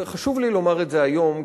וחשוב לי לומר את זה היום,